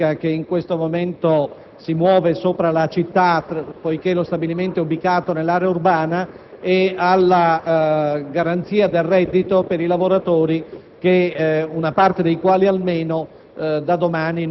alla nube tossica che in questo momento si muove sopra la città (lo stabilimento è infatti ubicato nell'area urbana) e alla garanzia del reddito per i lavoratori, una parte dei quali, almeno,